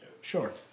sure